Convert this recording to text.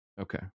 Okay